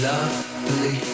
Lovely